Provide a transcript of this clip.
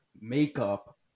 makeup